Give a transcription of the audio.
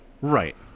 Right